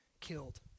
killed